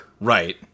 Right